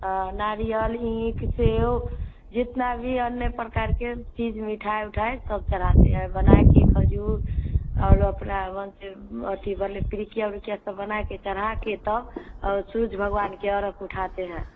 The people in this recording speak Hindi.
आ नारियल ईख सेव जितना भी अन्य प्रकार के चीज़ मिठाई उठाई सब चढ़ाते हैं बनाई के खजूर और अपना मन से केवल टिकिया विकिया सब बनाकर चढ़ाकर तब और सूर्ज भगवान की अरघ उठाते हैं